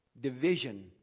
division